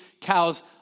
cows